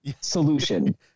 solution